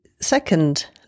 second